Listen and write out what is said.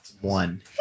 one